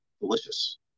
delicious